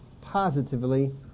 positively